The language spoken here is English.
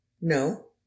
no